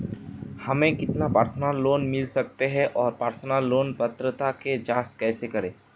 हमें कितना personal loan मिल सकता है और पर्सनल लोन पात्रता की जांच कैसे करें?